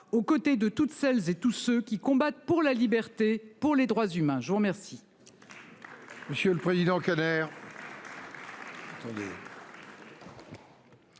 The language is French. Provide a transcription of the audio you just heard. aux côtés de toutes celles et tous ceux qui combattent pour la liberté pour les droits humains. Je vous remercie.